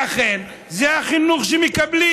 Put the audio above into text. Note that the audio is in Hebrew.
ואכן, זה החינוך שמקבלים: